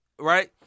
Right